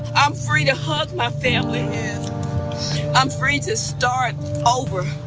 i'm free to hug my family. i'm free to start over.